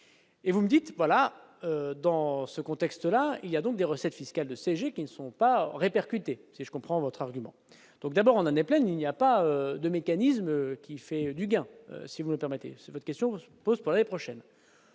et vous me dites voilà, dans ce contexte-là, il y a donc des recettes fiscales de CG, qui ne sont pas répercuter si je comprends votre argument donc d'abord en année pleine, il n'y a pas de mécanisme qui fait du bien, si vous me permettez, votre question pose pour les prochaines